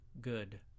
good